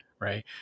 right